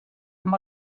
amb